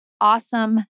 awesome